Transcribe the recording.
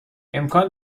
امکان